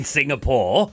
Singapore